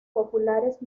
populares